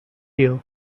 you